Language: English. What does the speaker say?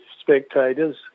spectators